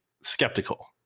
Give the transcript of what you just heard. skeptical